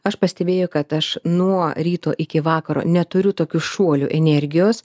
aš pastebėjau kad aš nuo ryto iki vakaro neturiu tokių šuolių energijos